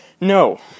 no